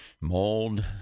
mold